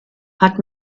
hat